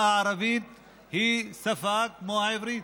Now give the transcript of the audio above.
ששם השפה הערבית היא שפה כמו העברית,